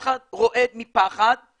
אנחנו ממוקדים יותר בשפה הערבית ובעברית,